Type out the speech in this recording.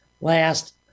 last